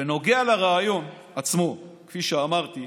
בנוגע לרעיון עצמו, כפי שאמרתי,